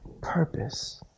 purpose